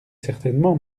certainement